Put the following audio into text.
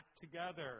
together